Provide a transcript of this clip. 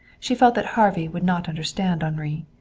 she felt that harvey would not understand henri.